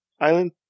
island